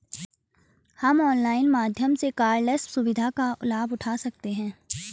हम ऑनलाइन माध्यम से कॉर्डलेस सुविधा का लाभ उठा सकते हैं